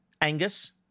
Angus